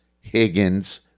Higgins